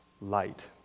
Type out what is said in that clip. light